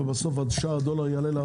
אבל בסוף שער הדולר עולה,